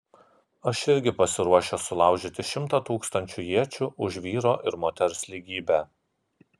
aš irgi pasiruošęs sulaužyti šimtą tūkstančių iečių už vyro ir moters lygybę